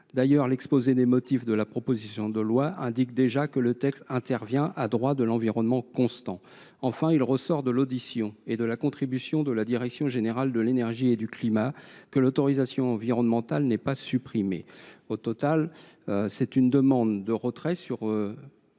D’ailleurs, l’exposé des motifs de la présente proposition de loi indique déjà que le texte intervient à droit de l’environnement constant. En outre, il ressort de l’audition et de la contribution de la direction générale de l’énergie et du climat que l’autorisation environnementale n’est pas supprimée. Aussi, la commission demande le retrait des